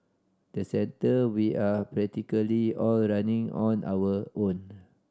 the centre we are practically all running on our own